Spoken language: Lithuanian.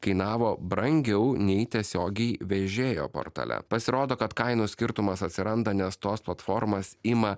kainavo brangiau nei tiesiogiai vežėjo portale pasirodo kad kainos skirtumas atsiranda nes tos platformos ima